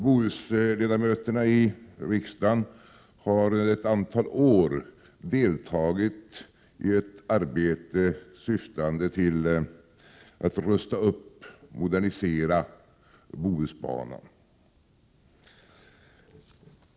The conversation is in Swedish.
Bohusledamöterna i riksdagen har ett antal år deltagit i ett arbete syftande till att rusta upp och modernisera Bohusbanan.